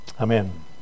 Amen